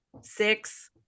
six